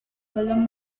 belum